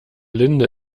linde